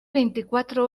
veinticuatro